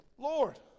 Lord